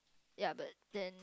ya but then